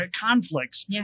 conflicts